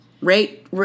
Rate